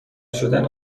شدن